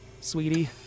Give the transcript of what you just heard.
sweetie